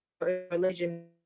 religion